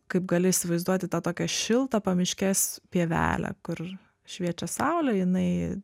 kaip gali įsivaizduoti tą tokią šiltą pamiškės pievelę kur šviečia saulė jinai